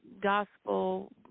gospel